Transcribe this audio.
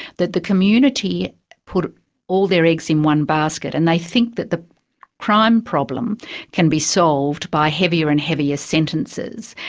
that the community put all their eggs in one basket and they think that the prime problem can be solved by heavier and heavier sentences,